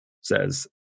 says